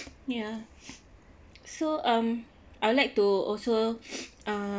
yeah so um I wouldd like to also uh